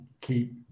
keep